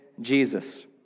Jesus